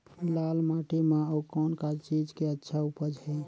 लाल माटी म अउ कौन का चीज के अच्छा उपज है?